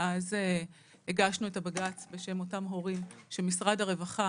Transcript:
שאז הגשנו את הבג"צ בשם אותם הורים שמשרד הרווחה